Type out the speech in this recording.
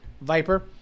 Viper